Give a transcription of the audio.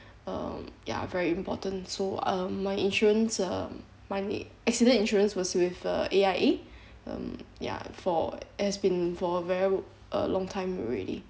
uh ya very important so uh my insurance um money accident insurance was with uh A_I_A um ya for has been for a very long time already